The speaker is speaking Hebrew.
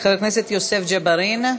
חבר הכנסת יוסף ג'בארין,